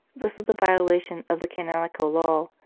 this was a violation of the canonical law,